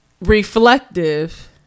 reflective